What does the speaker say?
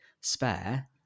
Spare